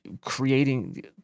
creating